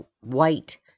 white